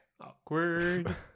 Awkward